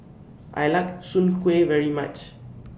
I like Soon Kway very much